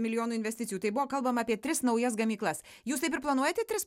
milijonų investicijų tai buvo kalbama apie tris naujas gamyklas jūs taip ir planuojate tris